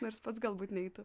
nors pats galbūt neitų